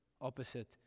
opposite